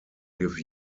give